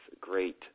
great